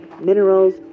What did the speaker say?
minerals